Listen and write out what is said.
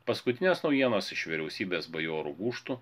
paskutinės naujienos iš vyriausybės bajorų gūžtų